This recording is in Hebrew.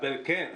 כן,